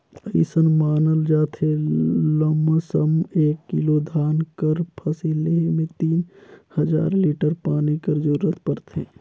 अइसन मानल जाथे लमसम एक किलो धान कर फसिल लेहे में तीन हजार लीटर पानी कर जरूरत परथे